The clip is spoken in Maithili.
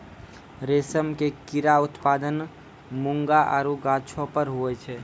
रेशम के कीड़ा उत्पादन मूंगा आरु गाछौ पर हुवै छै